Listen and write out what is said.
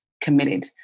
committed